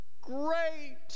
great